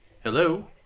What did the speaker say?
hello